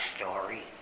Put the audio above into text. story